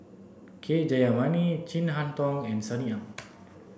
K Jayamani Chin Harn Tong and Sunny Ang